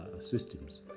systems